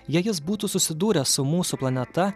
jei jis būtų susidūręs su mūsų planeta